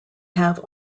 have